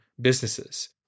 businesses